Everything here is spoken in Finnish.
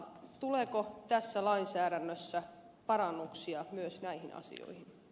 tuleeko tässä lainsäädännössä parannuksia myös näihin asioihin